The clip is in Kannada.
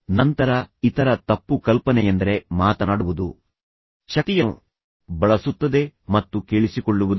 ನಂತರ ಇತರ ತಪ್ಪು ಕಲ್ಪನೆಯೆಂದರೆ ಮಾತನಾಡುವುದು ಶಕ್ತಿಯನ್ನು ಬಳಸುತ್ತದೆ ಮತ್ತು ಕೇಳಿಸಿಕೊಳ್ಳುವುದಲ್ಲ